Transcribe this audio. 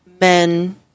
men